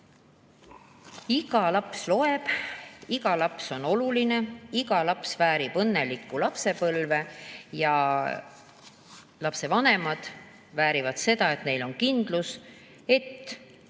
iga laps loeb. Iga laps on oluline, iga laps väärib õnnelikku lapsepõlve. Ja lapsevanemad väärivad seda, et neil on kindlus.